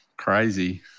Crazy